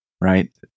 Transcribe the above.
Right